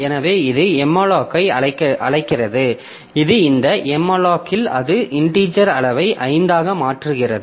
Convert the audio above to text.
எனவே இது mallocஐ அழைக்கிறது இது இந்த malloc இல் அது இன்டிஜெர் அளவை 5 ஆக மாற்றுகிறது